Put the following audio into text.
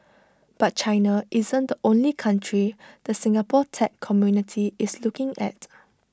but China isn't the only country the Singapore tech community is looking at